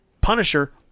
Punisher